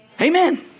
Amen